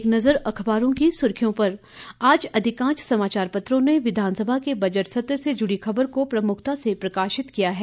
एक नज़र अखबारों की सुर्खियों पर आज अधिकांश समाचार पत्रों ने विधानसभा के बजट सत्र से जुड़ी खबर को प्रमुखता से प्रकाशित किया है